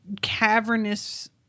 cavernous